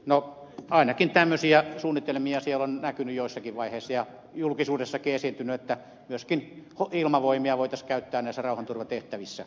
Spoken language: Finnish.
no ainakin tämmöisiä suunnitelmia siellä on näkynyt joissakin vaiheissa ja julkisuudessakin esiintynyt että myöskin ilmavoimia voitaisiin käyttää näissä rauhanturvatehtävissä